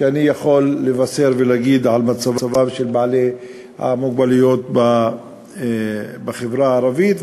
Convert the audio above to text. שאני יכול לבשר ולהגיד על מצבם של בעלי המוגבלויות בחברה הערבית.